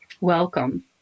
welcome